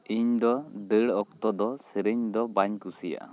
ᱤᱧ ᱫᱚ ᱫᱟᱹᱲ ᱚᱠᱛᱚ ᱫᱚ ᱥᱮᱨᱮᱧ ᱫᱚ ᱵᱟᱹᱧ ᱠᱩᱥᱤᱭᱟᱜᱼᱟ